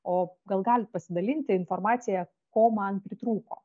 o gal galit pasidalinti informacija ko man pritrūko